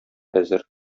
әзер